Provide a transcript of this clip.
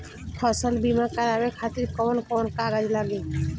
फसल बीमा करावे खातिर कवन कवन कागज लगी?